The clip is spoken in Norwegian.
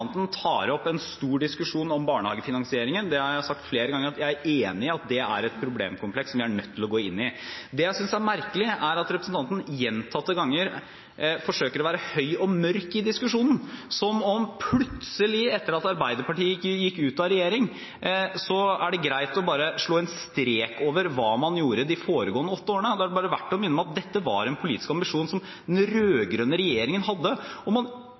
representanten tar opp en stor diskusjon om barnehagefinansieringen. Jeg har sagt flere ganger at jeg er enig i at det er et problemkompleks som vi er nødt til å gå inn i. Det jeg synes er merkelig, er at representanten gjentatte ganger forsøker å være høy og mørk i diskusjonen, som om det plutselig etter at Arbeiderpartiet gikk ut av regjering, er greit bare å slå en strek over hva man gjorde de foregående åtte årene. Da er det verdt å minne om at dette var en politisk ambisjon som den rød-grønne regjeringen hadde, og man